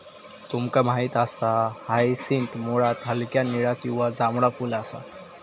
तुमका माहित असा हायसिंथ मुळात हलक्या निळा किंवा जांभळा फुल असा